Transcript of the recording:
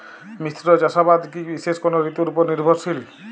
মিশ্র চাষাবাদ কি বিশেষ কোনো ঋতুর ওপর নির্ভরশীল?